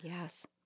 Yes